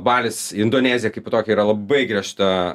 balis indonezija kaip tokia yra labai griežta